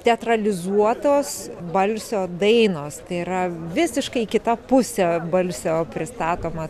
teatralizuotos balsio dainos tai yra visiškai kita pusė balsio pristatoma